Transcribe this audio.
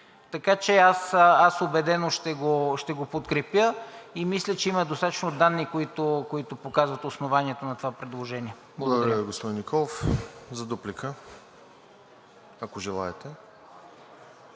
Така че аз убедено ще го подкрепя и мисля, че има достатъчно данни, които показват основанието на това предложение. Благодаря.